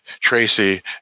Tracy